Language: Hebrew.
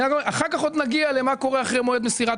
אחר כך עוד נגיע למה קורה אחרי מועד מסירת